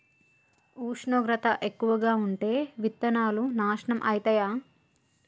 ఉష్ణోగ్రత ఎక్కువగా ఉంటే విత్తనాలు నాశనం ఐతయా?